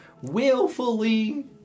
willfully